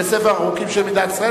לספר החוקים של מדינת ישראל.